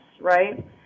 right